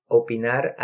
opinar